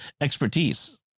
expertise